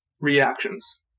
reactions